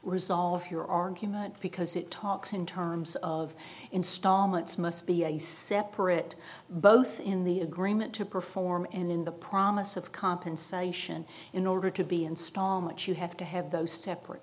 resolve your argument because it talks in terms of installments must be a separate both in the agreement to perform and in the promise of compensation in order to be installment you have to have those separate